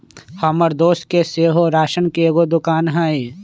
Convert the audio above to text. हमर दोस के सेहो राशन के एगो दोकान हइ